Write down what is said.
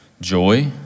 joy